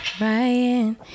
Ryan